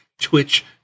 Twitch